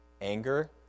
anger